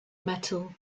metal